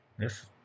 yes